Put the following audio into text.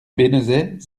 bénezet